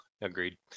agreed